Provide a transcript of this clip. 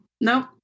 Nope